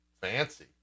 fancy